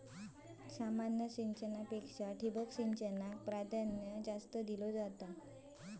सामान्य सिंचना परिस ठिबक सिंचनाक प्राधान्य दिलो जाता